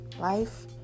life